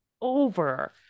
over